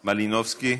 מלינובסקי,